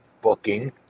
booking